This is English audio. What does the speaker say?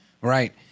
Right